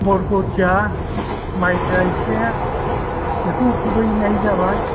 परगथिया माइब्रा एसे बेखौ खुबैनाय जाबाय